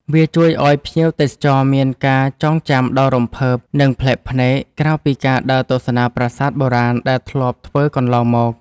វាជួយឱ្យភ្ញៀវទេសចរមានការចងចាំដ៏រំភើប និងប្លែកភ្នែក ក្រៅពីការដើរទស្សនាប្រាសាទបុរាណដែលធ្លាប់ធ្វើកន្លងមក។